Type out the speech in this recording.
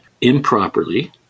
improperly